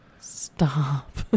Stop